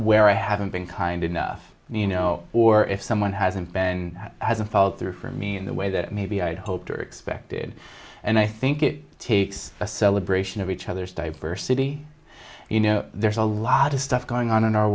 where i haven't been kind enough you know or if someone hasn't been hasn't followed through for me in the way that maybe i'd hoped or expected and i think it takes a celebration of each other's diversity you know there's a lot of stuff going on in our